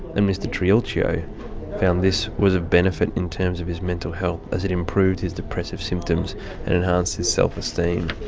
and mr triulcio found this was of benefit in terms of his mental health as it improved his depressive symptoms and enhanced his self-esteem.